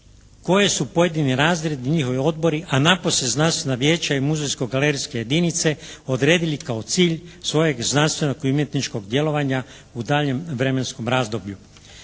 koje su pojedini razredi i njihovi odbori, a napose znanstvena vijeća i muzejsko-galerijske jedinice odredili kao cilj svojeg znanstvenog i umjetničkog djelovanja u daljnjem vremenskom razdoblju.